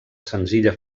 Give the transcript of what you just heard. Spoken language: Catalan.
senzilla